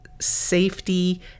safety